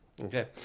Okay